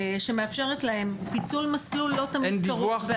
שמאפשרת להם, פיצול מסלול לא תמיד כרוך בעלויות.